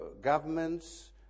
governments